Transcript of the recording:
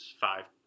five